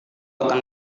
akan